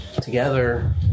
together